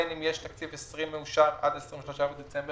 בין אם יש תקציב ל-2020 מאושר עד ה-23 בדצמבר,